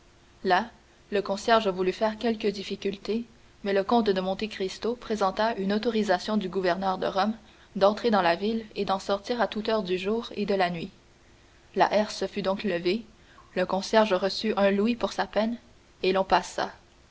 là le concierge voulut faire quelques difficultés mais le comte de monte cristo présenta une autorisation du gouverneur de rome d'entrer dans la ville et d'en sortir à toute heure du jour et de la nuit la herse fut donc levée le concierge reçut un louis pour sa peine et l'on passa